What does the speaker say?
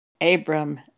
Abram